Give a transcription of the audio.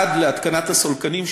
עד להתקנת הסולקנים,